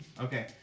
Okay